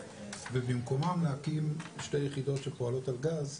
ובמקומן להקים שתי יחידות שפועלות על גז,